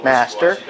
Master